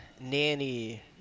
nanny